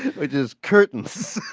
which is curtains.